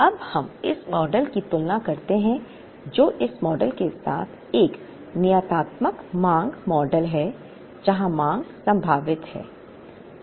अब हम इस मॉडल की तुलना करते हैं जो इस मॉडल के साथ एक नियतात्मक मांग मॉडल है जहां मांग संभावित है